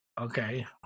Okay